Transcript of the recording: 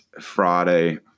Friday